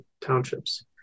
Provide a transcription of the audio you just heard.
townships